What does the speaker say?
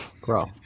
Bro